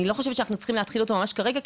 לא חושבת שאנחנו צריכים להתחיל אותו ממש כרגע,